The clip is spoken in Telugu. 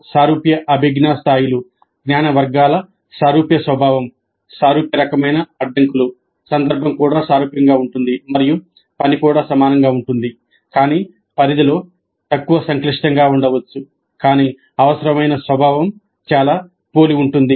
సారూప్య అభిజ్ఞా స్థాయిలు జ్ఞాన వర్గాల సారూప్య స్వభావం సారూప్య రకమైన అడ్డంకులు కానీ పరిధిలో తక్కువ సంక్లిష్టంగా ఉండవచ్చు కానీ అవసరమైన స్వభావం చాలా పోలి ఉంటుంది